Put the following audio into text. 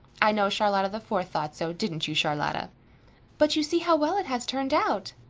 i know charlotta the fourth thought so, didn't you, charlotta? but you see how well it has turned out.